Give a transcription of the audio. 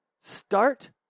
Start